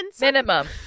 minimum